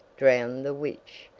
drown the witch!